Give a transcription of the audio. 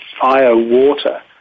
fire-water